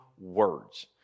words